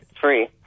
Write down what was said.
Free